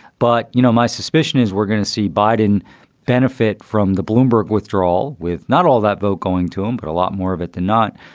but, you know, my suspicion is we're going to see biden benefit from the bloomberg withdrawal with not all that vote going to him, but a lot more of it than not.